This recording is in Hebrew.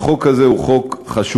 החוק הזה הוא חוק חשוב.